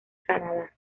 canadá